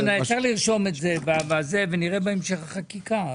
אפשר לרשום את זה בזה ונראה בהמשך החקיקה,